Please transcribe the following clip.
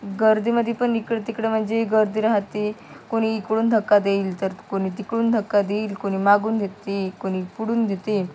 गर्दीमध्ये पण इकडं तिकडं म्हणजे गर्दी राहते कोणी इकडून धक्का देईल तर कोणी तिकडून धक्का देईल कोणी मागून देते कोणी पुढून देते